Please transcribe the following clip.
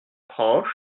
proche